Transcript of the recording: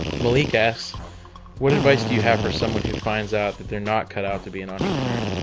malik asks what advice do you have for someone who finds out that they're not cut out to be an entrepreneur?